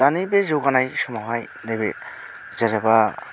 दानि बे जौगानाय समावहाय नैबे जेन'बा